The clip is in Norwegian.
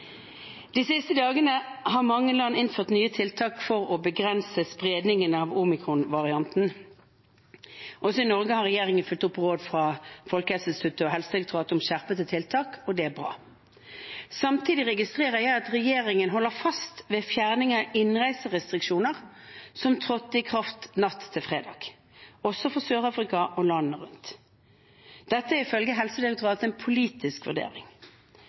De siste dagene har mange land innført nye tiltak for å begrense spredningen av omikronvarianten, også i Norge har regjeringen fulgt opp råd fra Folkehelseinstituttet og Helsedirektoratet om skjerpede tiltak, og det er bra. Samtidig registrerer jeg at regjeringen holder fast ved fjerningen av innreiserestriksjoner som trådte i kraft natt til fredag, også for Sør-Afrika og landene rundt. Dette er ifølge Helsedirektoratet en politisk vurdering.